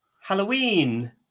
Halloween